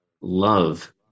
love